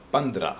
پندرہ